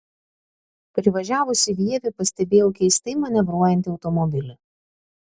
privažiavusi vievį pastebėjau keistai manevruojantį automobilį